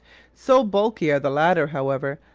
so bulky are the latter, however,